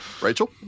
Rachel